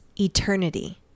eternity